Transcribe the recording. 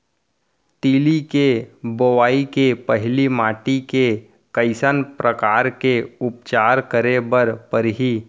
तिलि के बोआई के पहिली माटी के कइसन प्रकार के उपचार करे बर परही?